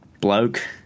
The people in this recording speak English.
bloke